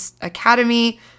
Academy